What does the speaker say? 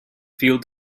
field